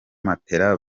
matela